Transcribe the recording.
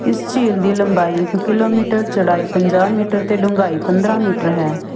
ਇਸ ਝੀਲ ਦੀ ਲੰਬਾਈ ਇੱਕ ਕਿਲੋਮੀਟਰ ਚੌੜਾਈ ਪੰਜਾਹ ਮੀਟਰ ਅਤੇ ਡੂੰਘਾਈ ਪੰਦਰ੍ਹਾਂ ਮੀਟਰ ਹੈ